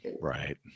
Right